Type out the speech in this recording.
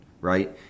right